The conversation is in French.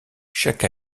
chaque